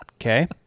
Okay